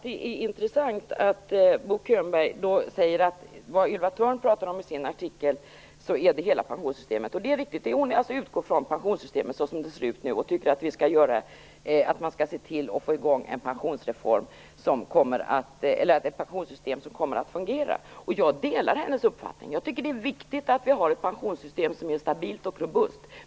Det är intressant att Bo Könberg noterar att Ylva Thörn talar om hela pensionssystemet. Det är riktigt. Hon utgår från pensionssystemet så som det ser ut nu och tycker att man skall få till stånd ett pensionssystem som kommer att fungera. Jag delar hennes uppfattning. Jag tycker att det är viktigt att vi har ett pensionssystem som är stabilt och robust.